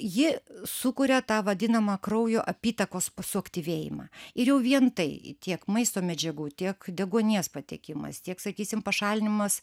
ji sukuria tą vadinamą kraujo apytakos suaktyvėjimą ir jau vien tai tiek maisto medžiagų tiek deguonies patekimas tiek sakysim pašalinimas